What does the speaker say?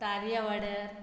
तारया वाड्यार